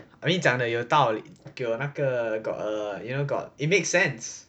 I mean 讲的有道理有那个 got err you know got it makes sense